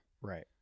right